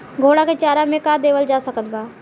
घोड़ा के चारा मे का देवल जा सकत बा?